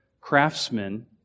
Craftsmen